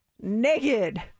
naked